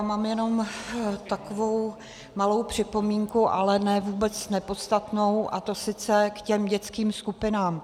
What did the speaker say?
Mám jenom takovou malou připomínku, ale ne vůbec nepodstatnou, a to k těm dětským skupinám.